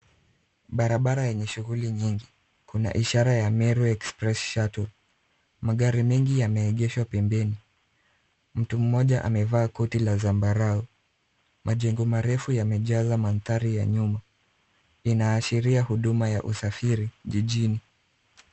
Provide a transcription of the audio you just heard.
Barabara yenye shughuli nyingi. Kuna Ishara ya meru express shuttle. Magari mengi yameegeshwa pembeni. Mtu mmoja amevaa koti la zambarau. Majengo marefu yamejaza mandhari ya nyuma. Inaashiria huduma ya usafiri jijini.